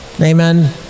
Amen